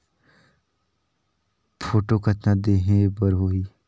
Photo कतना देहें बर होहि?